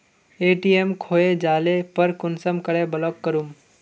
ATM खोये जाले पर कुंसम करे ब्लॉक करूम?